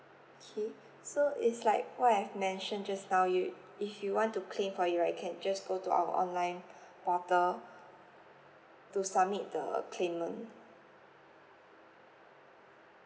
K so it's like what I've mentioned just now you if you want to claim for it I can just go to our online portal to submit the claimant